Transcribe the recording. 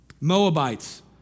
Moabites